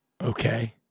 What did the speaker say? Okay